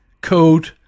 code